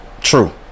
True